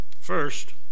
First